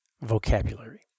vocabulary